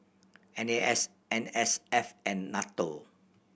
N A S N S F and NATO